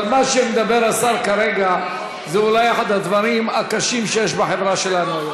אבל מה שמדבר עליו השר כרגע זה אולי אחד הדברים הקשים שיש בחברה שלנו.